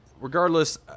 regardless